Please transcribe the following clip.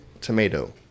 tomato